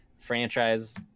franchise